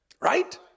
Right